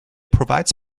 provides